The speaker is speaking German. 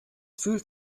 fühlt